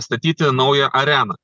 statyti naują areną